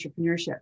entrepreneurship